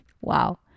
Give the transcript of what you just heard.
Wow